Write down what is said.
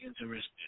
interested